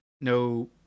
no